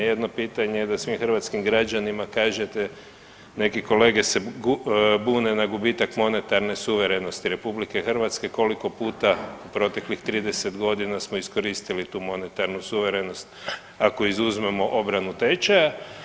Jedno pitanje da svim hrvatskim građanima kažete neke kolege se bune na gubitak monetarne suverenosti RH koliko puta proteklih 30 godina smo iskoristili tu monetarnu suverenost ako izuzmemo obranu tečaja.